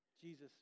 Jesus